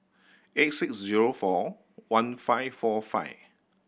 eight six zero four one five four five